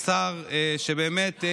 השר שבאמת,